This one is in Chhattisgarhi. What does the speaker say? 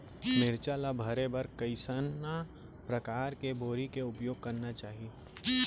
मिरचा ला भरे बर कइसना परकार के बोरी के उपयोग करना चाही?